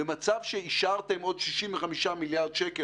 במצב שאישרתם עוד 65 מיליארד שקלים,